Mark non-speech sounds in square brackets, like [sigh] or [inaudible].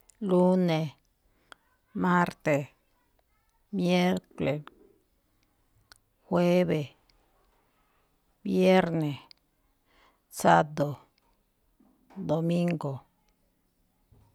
Lune, marte, miercole, jueve, vierne, tsáado, [noise] domingo.